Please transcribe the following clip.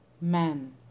man